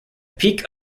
peak